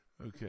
okay